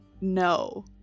no